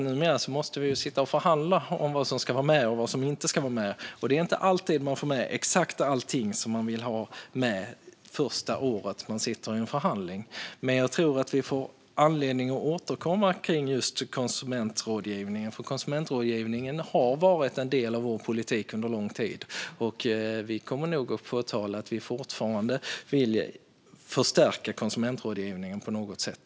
Numera måste vi sitta och förhandla om vad som ska vara med och vad som inte ska vara med, och det är inte alltid man får med exakt allting som man vill ha med första året man sitter i en förhandling. Jag tror dock att vi får anledning att återkomma till just konsumentrådgivningen. Den har varit en del av vår politik under lång tid, och vi kommer nog att påpeka att vi fortfarande vill förstärka konsumentrådgivningen på något sätt.